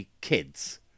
kids